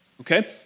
okay